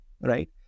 right